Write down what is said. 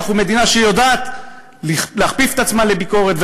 אנחנו מדינה שיודעת להכפיף את עצמה לביקורת,